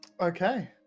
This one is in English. Okay